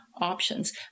options